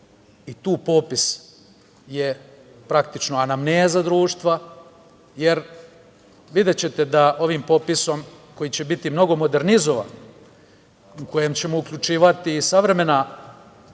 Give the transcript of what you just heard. i tu je popis praktično anamneza društva, jer, videćete da ovim popisom koji će biti mnogo modernizovan, u kojem ćemo uključivati i savremena